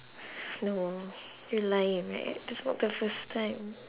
no you're lying right that's not the first time